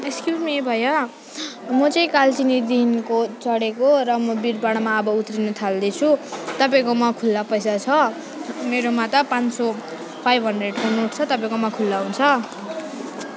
excuse me भैया म चाहिँ कालचिनीदेखिन्को चढेको र म बिरपाडामा अब उत्रिन थाल्दैछु तपाईँकोमा खुल्ला पैसा छ मेरोमा त पाँच सय फाइभ हन्ड्रेडको नोट छ तपाईँकोमा खुल्ला हुन्छ